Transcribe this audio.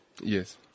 Yes